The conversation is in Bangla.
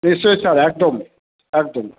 নিশ্চই স্যার একদম একদম